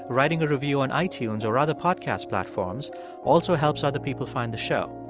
writing a review on itunes or other podcast platforms also helps other people find the show.